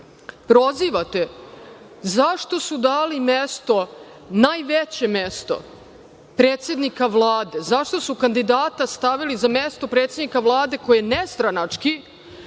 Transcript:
prozivate zašto su dali mesto, najveće mesto, predsednika Vlade, zašto su kandidata stavili za mesto predsednika Vlade koji je nestranački,